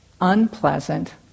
unpleasant